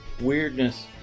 Weirdness